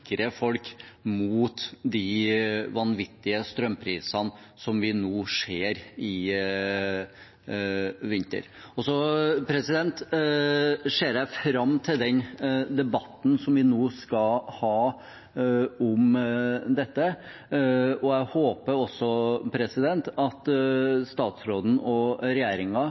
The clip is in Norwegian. sikrer folk mot de vanvittige strømprisene vi ser nå i vinter. Jeg ser fram til den debatten vi nå skal ha om dette. Jeg håper statsråden og